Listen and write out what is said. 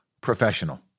professional